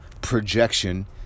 projection